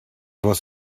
was